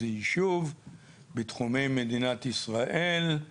זה יישוב בתחומי מדינת ישראל,